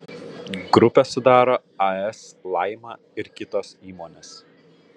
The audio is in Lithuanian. grupę sudaro as laima ir kitos įmonės